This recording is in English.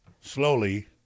slowly